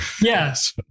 Yes